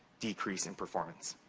decrease in performance.